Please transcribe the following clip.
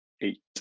Eight